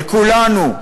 אל כולנו,